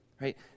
right